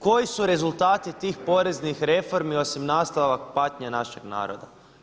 Koji su rezultati tih poreznih reformi osim nastavak patnje našeg naroda?